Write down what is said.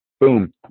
boom